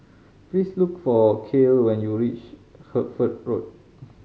please look for Cael when you reach Hertford Road